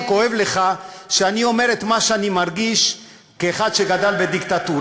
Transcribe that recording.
שכואב לך שאני אומר את מה שאני מרגיש כאחד שגדל בדיקטטורה,